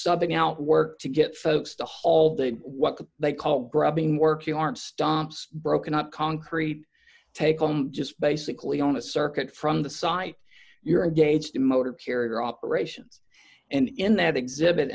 something out work to get folks to haul they do what they call grabbing work you aren't stomps broken up concrete taken just basically on a circuit from the site you're a gauge to motor carrier operations and in that exhibit